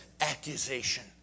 Accusation